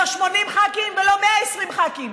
לא 80 ח"כים ולא 120 ח"כים.